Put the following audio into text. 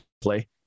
play